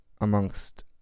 amongst